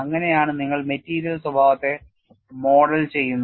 അങ്ങനെയാണ് നിങ്ങൾ മെറ്റീരിയൽ സ്വഭാവത്തെ മോഡൽ ചെയ്യുന്നത്